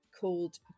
called